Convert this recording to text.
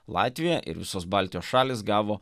latvija ir visos baltijos šalys gavo